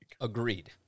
Agreed